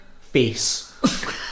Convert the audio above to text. face